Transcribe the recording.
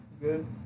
Good